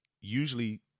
usually